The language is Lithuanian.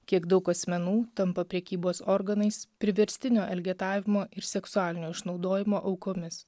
kiek daug asmenų tampa prekybos organais priverstinio elgetavimo ir seksualinio išnaudojimo aukomis